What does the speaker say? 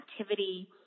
activity